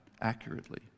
accurately